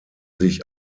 sich